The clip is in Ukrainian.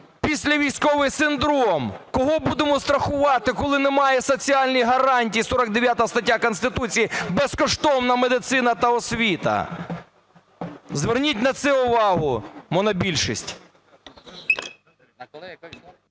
післявійськовий синдром. Кого будемо страхувати, коли немає соціальних гарантій? 49 стаття Конституції: безкоштовна медицина та освіта. Зверніть на це увагу, монобільшість.